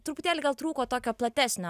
truputėlį gal trūko tokio platesnio